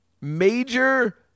major